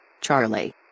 Charlie